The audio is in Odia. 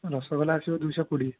ରସଗୋଲା ଆସିବ ଦୁଇଶହ କୋଡ଼ିଏ